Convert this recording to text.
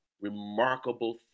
remarkable